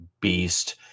beast